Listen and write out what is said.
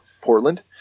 Portland